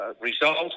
result